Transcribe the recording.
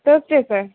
Thursday sir